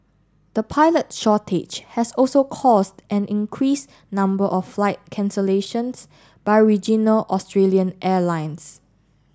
the pilot shortage has also caused an increased number of flight cancellations by regional Australian airlines